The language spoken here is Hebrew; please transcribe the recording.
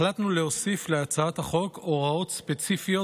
החלטנו להוסיף להצעת החוק הוראות ספציפיות